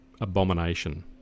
abomination